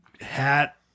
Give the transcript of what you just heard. hat